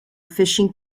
fishing